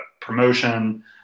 promotion